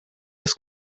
das